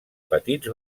petits